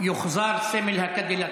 ומה עושה פה בן גביר,